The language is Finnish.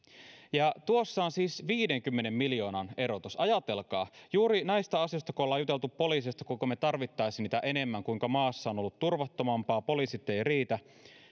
tuossa on siis viidenkymmenen miljoonan erotus ajatelkaa kun juuri näistä asioista ollaan juteltu kuinka me tarvitsisimme poliiseja enemmän kuinka maassa on ollut turvattomampaa poliisit eivät riitä